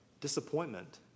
disappointment